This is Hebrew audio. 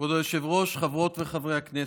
כבוד היושב-ראש, חברות וחברי הכנסת,